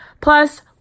plus